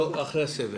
לא, אחרי הסבב.